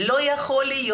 לא יכול להיות